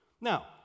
Now